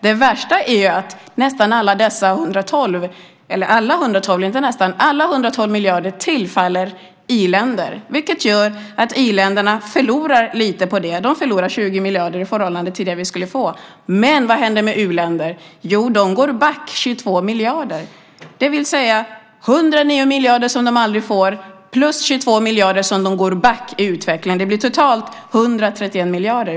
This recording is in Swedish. Det värsta är att alla dessa 112 miljarder tillfaller i-länder. I-länderna förlorar lite, 20 miljarder, på det i förhållande till det vi skulle få, men vad händer med u-länderna? Jo, de går back med 22 miljarder! Det handlar alltså om 100 nya miljarder som de aldrig får plus 22 miljarder som de går back i utveckling. Det blir totalt 131 miljarder.